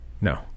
No